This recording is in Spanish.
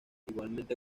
igualmente